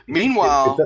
meanwhile